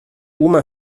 oma